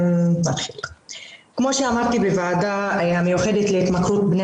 כמו שאמרתי בוועדה המיוחדת להתמכרות בני